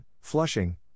Flushing